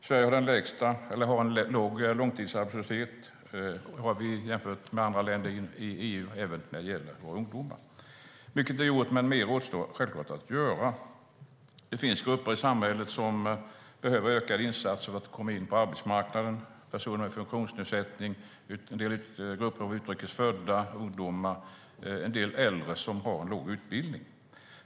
Sverige har en låg långtidsarbetslöshet jämfört med andra länder i EU även när det gäller våra ungdomar. Mycket är gjort, men mer återstår självklart att göra. Det finns grupper i samhället som behöver ökade insatser för att komma in på arbetsmarknaden - personer med funktionsnedsättning, en del grupper av utrikes födda ungdomar och en del äldre som har låg utbildning.